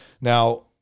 Now